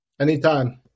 Anytime